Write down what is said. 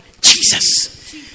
Jesus